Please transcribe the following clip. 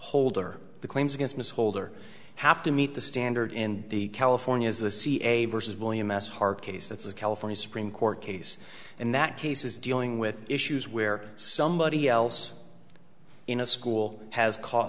holder the claims against miss holder have to meet the standard in the california is the see a versus william s hard case that's a california supreme court case and that cases dealing with issues where somebody else in a school has caught